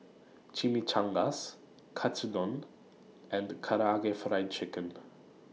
Chimichangas Katsudon and Karaage Fried Chicken